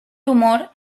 tumor